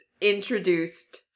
introduced